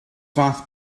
fath